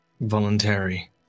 voluntary